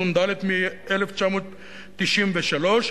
תשנ"ד 1993,